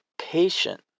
patient